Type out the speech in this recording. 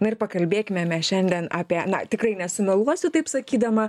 na ir pakalbėkime mes šiandien apie na tikrai nesumeluosiu taip sakydama